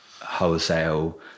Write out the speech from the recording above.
wholesale